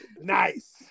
nice